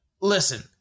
Listen